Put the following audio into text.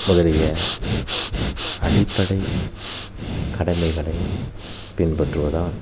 முதலிய அடிப்படை கடமைகளை பின்பற்றுவதால்